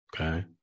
Okay